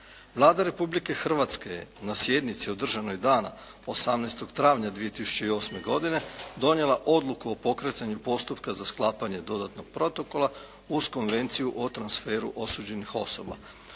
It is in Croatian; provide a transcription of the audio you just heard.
Vlada Republike Hrvatske je na sjednici održanoj dana 18. travnja 2008. godine, donijela Odluku o pokretanju postupka za sklapanje Dodatnog protokola uz Konvenciju o transferu osuđenih osoba.